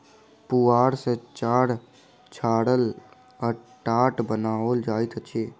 पुआर सॅ चार छाड़ल आ टाट बनाओल जाइत अछि